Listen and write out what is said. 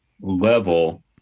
level